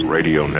Radio